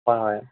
হয় হয়